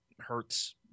hurts